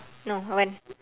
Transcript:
no when